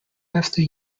after